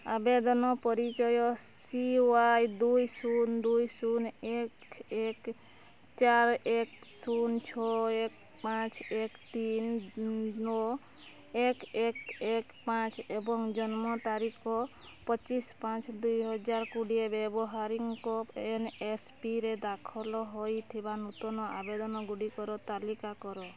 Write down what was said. ଆବେଦନ ପରିଚୟ C Y ଦୁଇ ଶୂନ ଦୁଇ ଶୂନ ଏକ ଏକ ଚାର ଏକ ଶୂନ ଛଅ ଏକ ପାଞ୍ଚ ଏକ ତିନ ନଅ ଏକ ଏକ ଏକ ପାଞ୍ଚ ଏବଂ ଜନ୍ମ ତାରିଖ ପଚିଶ ପାଞ୍ଚ ଦୁଇହଜାର କୋଡ଼ିଏ ବ୍ୟବହାରକାରୀଙ୍କ ଏନ୍ଏସ୍ପିରେ ଦାଖଲ ହୋଇଥିବା ନୂତନ ଆବେଦନଗୁଡ଼ିକର ତାଲିକା କର